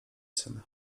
syn